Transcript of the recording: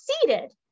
succeeded